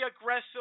aggressive